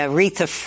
Aretha